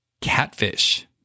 Catfish